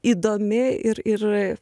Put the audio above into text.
įdomi ir ir